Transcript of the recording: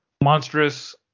monstrous